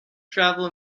travel